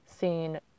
seen